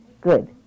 Good